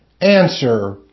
Answer